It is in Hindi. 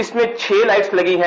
इसमें छह लाइट्स लगी है